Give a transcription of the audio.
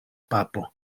papo